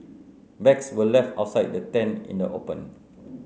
bags were left outside the tent in the open